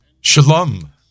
Shalom